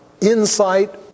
insight